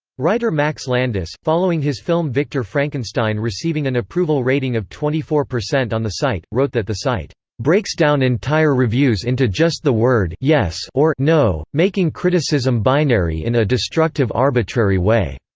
writer max landis, following his film victor frankenstein receiving an approval rating of twenty four percent on the site, wrote that the site breaks down entire reviews into just the word yes or no, making criticism binary in a destructive arbitrary way.